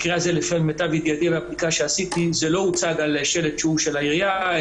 למיטב ידיעתי ומהבדיקה שעשיתי זה לא הוצג על שלטים של העירייה.